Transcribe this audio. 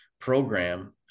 program